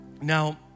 Now